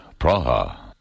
Praha